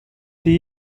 die